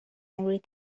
angry